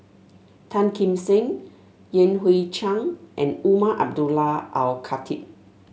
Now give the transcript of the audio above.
Tan Kim Seng Yan Hui Chang and Umar Abdullah Al Khatib